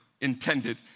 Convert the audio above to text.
intended